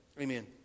amen